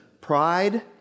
Pride